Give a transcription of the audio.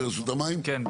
כן.